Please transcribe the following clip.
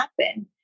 happen